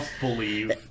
believe